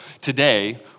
today